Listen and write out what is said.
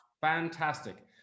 Fantastic